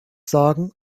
sorgen